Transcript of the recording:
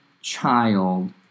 child